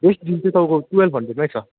best जुन चाहिँ तपाईँको टुवेल्भ हन्ड्रेडमै छ